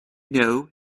know